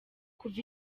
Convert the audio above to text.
kuva